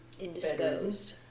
indisposed